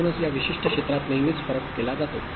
म्हणूनच या विशिष्ट क्षेत्रात नेहमीच फरक केला जातो